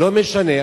לא משנה.